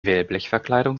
wellblechverkleidung